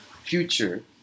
future